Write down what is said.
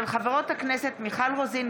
של חברות הכנסת מיכל רוזין,